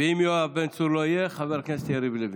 אם יואב בן צור לא יהיה, אז חבר הכנסת יריב לוין.